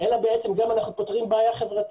אלא אנחנו גם פותרים בעיה חברתית.